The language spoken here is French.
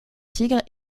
tigre